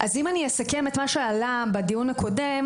אם אני אסכם את מה שעלה בדיון הקודם,